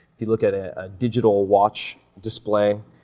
if you look at a digital watch display,